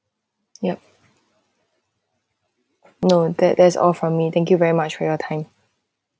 yup no that that's all from me thank you very much for your time